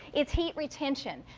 it's heat retention.